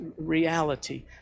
reality